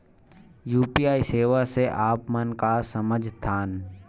UPI सेवा से आप मन का समझ थान?